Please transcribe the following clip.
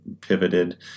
pivoted